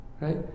right